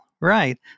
Right